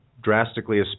Drastically